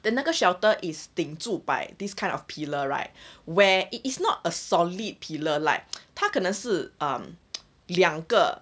then 那个 shelter is 顶住 by these kind of pillar right where it is not a solid pillar like 他可能是 um 两个